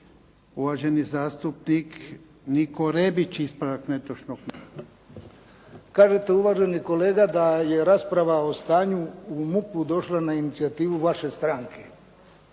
Uvaženi zastupnik Niko Rebić, ispravak netočnog navoda. **Rebić, Niko (HDZ)** Kažete uvaženi kolega da je rasprava o stanju u MUP-u došla na inicijativu vaše stranke.